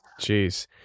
Jeez